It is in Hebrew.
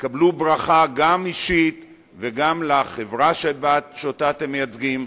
תביאו ברכה גם אישית וגם לחברה שאתם מייצגים,